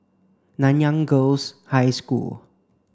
Nanyang Girls' High School